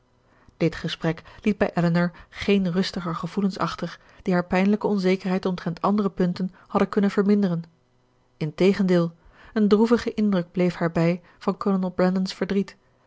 dit gesprek liet bij elinor geen rustiger gevoelens achter die haar pijnlijke onzekerheid omtrent andere punten hadden kunnen verminderen integendeel een droevige indruk bleef haar bij van kolonel brandon's verdriet